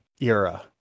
era